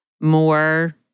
more